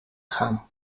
gaan